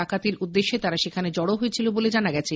ডাকাতির উদ্দেশ্যে তারা সেখানে জড়ো হয়েছিল বলে জানা গেছে